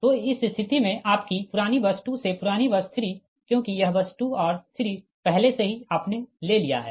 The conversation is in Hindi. तो इस स्थिति में आपकी पुरानी बस 2 से पुरानी बस 3 क्योंकि यह बस 2 और 3 पहले से ही आपने ले लिया है